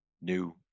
new